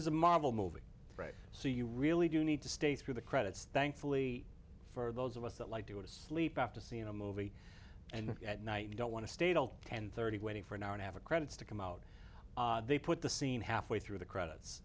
is a marvel movie right so you really do need to stay through the credits thankfully for those of us that like to go to sleep after seeing a movie and at night you don't want to stay till ten thirty waiting for an hour and half a credits to come out they put the scene halfway through the credits